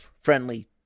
friendly